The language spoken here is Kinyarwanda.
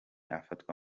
afatwa